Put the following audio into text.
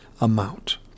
amount